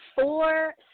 Four